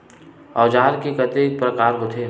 औजार के कतेक प्रकार होथे?